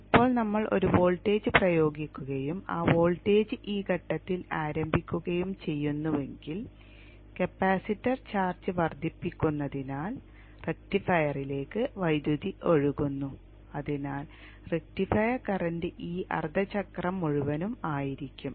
ഇപ്പോൾ നമ്മൾ ഒരു വോൾട്ടേജ് പ്രയോഗിക്കുകയും ആ വോൾട്ടേജ് ഈ ഘട്ടത്തിൽ ആരംഭിക്കുകയും ചെയ്യുന്നുവെങ്കിൽ കപ്പാസിറ്റർ ചാർജ് വർദ്ധിപ്പിക്കുന്നതിനാൽ റക്റ്റിഫയറിലേക്ക് വൈദ്യുതി ഒഴുകുന്നു അതിനാൽ റക്റ്റിഫയർ കറന്റ് ഈ അർദ്ധചക്രം മുഴുവനും ആയിരിക്കും